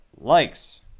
likes